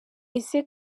ese